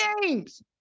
games